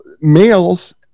males